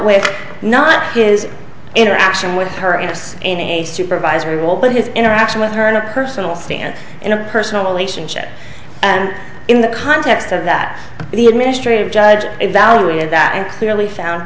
with not is interaction with her and us in a supervisory role but his interaction with her in her personal stance in a personal relationship and in the context of that the administrative judge evaluated that and clearly found